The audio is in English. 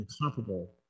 incomparable